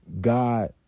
God